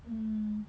mm